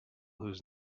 whose